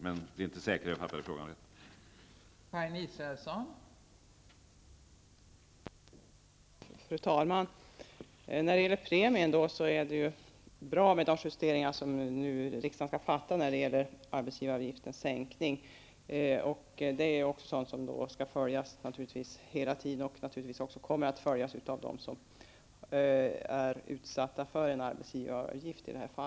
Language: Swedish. Jag är dock inte säker på att jag uppfattade frågan rätt.